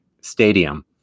stadium